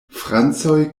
francoj